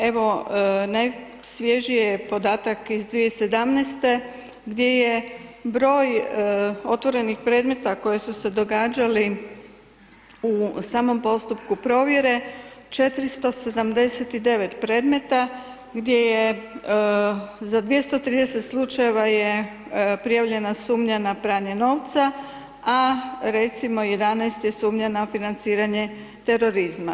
Evo najsvježiji je podatak iz 2017. gdje je broj otvorenih predmeta koji su se događali u samom postupku provjere 479 predmeta, gdje je za 230 slučajeva je prijavljena sumnja na pranje novca, a recimo 11 sumnja na financiranje terorizma.